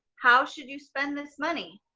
how should you spend this money?